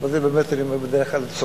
אבל את זה באמת אני אומר על דרך הלצון.